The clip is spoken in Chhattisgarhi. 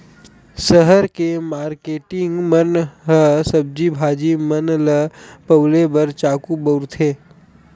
सहर के मारकेटिंग मन ह सब्जी भाजी मन ल पउले बर चाकू बउरथे